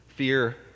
Fear